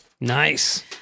Nice